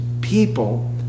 people